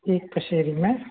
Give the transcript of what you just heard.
एक पसेरी में